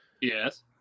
Yes